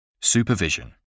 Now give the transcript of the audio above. Supervision